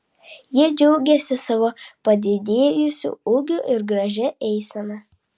jie džiaugėsi savo padidėjusiu ūgiu ir gražia eisena